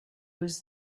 was